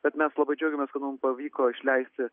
bet mes labai džiaugiamės kad mum pavyko išleisti